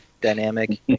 dynamic